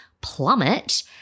plummet